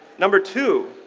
number two,